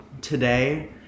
today